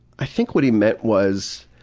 i think what he meant was.